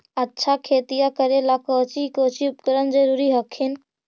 अच्छा खेतिया करे ला कौची कौची उपकरण जरूरी हखिन?